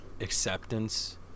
acceptance